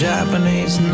Japanese